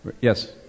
Yes